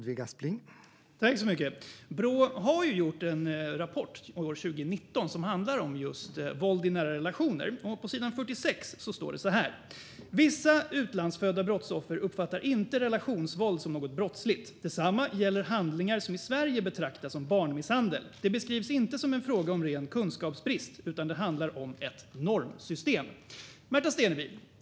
Herr talman! Brå skrev en rapport 2019 som handlade om våld i nära relationer. På sidan 46 står det "att vissa utlandsfödda brottsoffer inte uppfattar relationsvåld som något brottsligt. Detsamma kan gälla handlingar som i Sverige betraktas som barnmisshandel. Det beskrivs inte som en fråga om ren kunskapsbrist, utan att det handlar om normsystem".